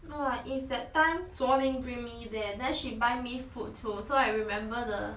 no lah is that time zuo ling bring me there then she buy me food too so I remember the